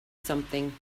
something